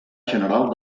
general